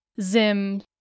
Zim